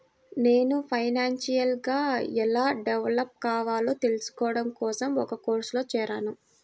నేను ఫైనాన్షియల్ గా ఎలా డెవలప్ కావాలో తెల్సుకోడం కోసం ఒక కోర్సులో జేరాను